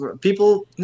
people